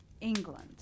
England